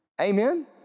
Amen